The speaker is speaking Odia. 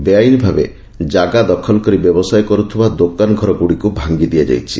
ବେଆଇନ୍ ଭାବେ ଜାଗା ଦଖଲ କରି ବ୍ୟବସାୟ କର୍ଥିବା ଦୋକାନଘର ଗୁଡ଼ିକୁ ଭାଙ୍ଗି ଦିଆଯାଇଛି